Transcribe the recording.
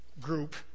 Group